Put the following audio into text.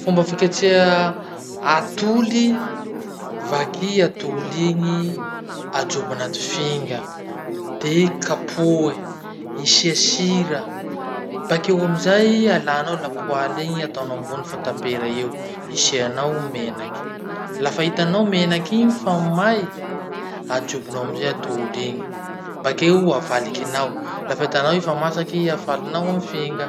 Fomba fiketreha atoly: vaky atoly iny, ajobo anaty finga, de kapohy, isia sira. Bakeo amizay alànao lapoaly igny, ataonao ambony fatapera eo isianao menaky. Lafa hitanao menaky igny fa may, ajobonao amizay atoly iny, bakeo avalikinao. Lafa hitanao i fa masaky afalinao amy finga.